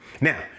Now